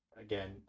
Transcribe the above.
Again